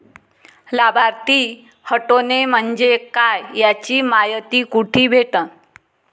लाभार्थी हटोने म्हंजे काय याची मायती कुठी भेटन?